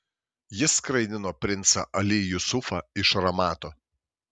jis skraidino princą ali jusufą iš ramato